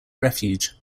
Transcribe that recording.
refuge